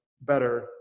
better